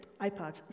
iPad